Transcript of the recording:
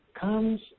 comes